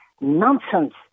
Nonsense